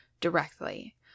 directly